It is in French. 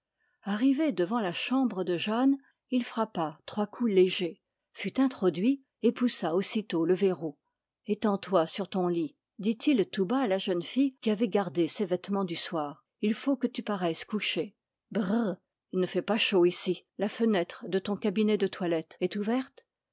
arrivé devant la chambre de jeanne il frappa trois coups légers fut introduit et poussa aussitôt le verrou étends toi sur ton lit dit-il tout bas à la jeune fille qui avait gardé ses vêtements du soir il faut que tu paraisses couchée brrrr il ne fait pas chaud ici la fenêtre de ton cabinet de toilette est ouverte